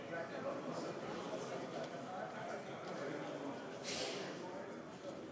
להלן תוצאות ההצבעה: בעד,